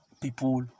People